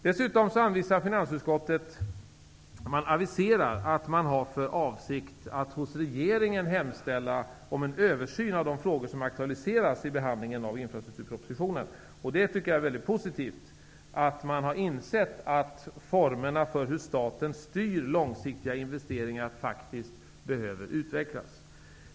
Dessutom aviserar finansutskottet att man har för avsikt att hos regeringen hemställa om en översyn av de frågor som har aktualiserats vid behandlingen av infrastrukturpropositionen. Jag tycker att det är mycket positivt att man har insett att formerna för hur staten styr långsiktiga investeringar faktiskt behöver utvecklas.